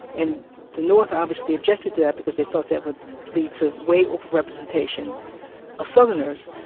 and the north obviously objected to that because they thought that would lead to way overrepresentation of southerners.